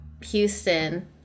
Houston